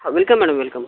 हां welcome madam welcome